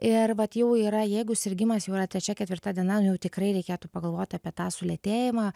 ir vat jau yra jeigu sirgimas jau yra trečia ketvirta diena jau tikrai reikėtų pagalvot apie tą sulėtėjimą